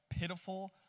pitiful